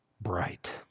bright